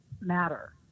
matter